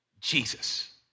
Jesus